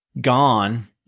gone –